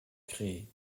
créer